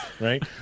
right